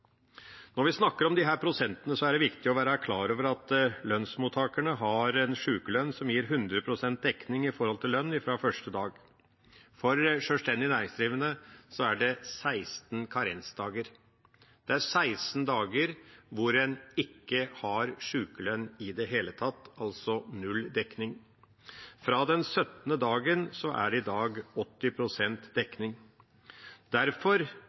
Når vi snakker om disse prosentene, er det viktig å være klar over at lønnsmottakerne har en sjukelønn som gir 100 pst. dekning i forhold til lønn fra første dag. For sjølstendig næringsdrivende er det 16 karensdager. Det er 16 dager hvor en ikke har sjukelønn i det hele tatt, altså null dekning. Fra den 17. dagen er det i dag 80 pst. dekning. Derfor